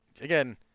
again